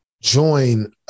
join